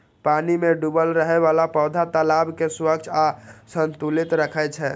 पानि मे डूबल रहै बला पौधा तालाब कें स्वच्छ आ संतुलित राखै छै